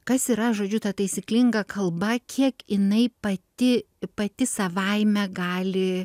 kas yra žodžiu ta taisyklinga kalba kiek jinai pati pati savaime gali